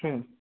হুম